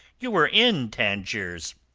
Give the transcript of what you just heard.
you were in tangiers.